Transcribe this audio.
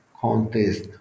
contest